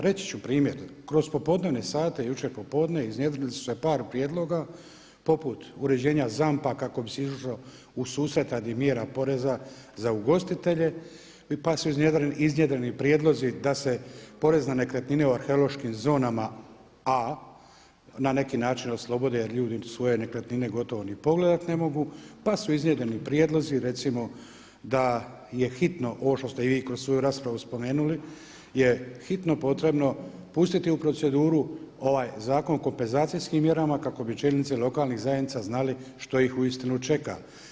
Reći ću primjer: kroz popodnevne sate, jučer popodne iznjedrili su se par prijedloga poput uređenja ZAMP-a kako bi se izišlo u susret radi mjera poreza za ugostitelje, pa su iznjedreni prijedlozi da se porez na nekretnine u arheološkim zonama A, na neki način oslobode jer ljudi svoje nekretnine gotovo niti pogledati ne mogu, pa su iznjedreni prijedlozi recimo da je hitno, ovo što ste vi kroz svoju raspravu spomenuli, je hitno potrebno pustiti u proceduru ovaj Zakon, kompenzacijskim mjerama, kako bi čelnici lokalnih zajednica znali što ih uistinu čeka.